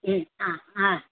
आ आ